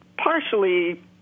partially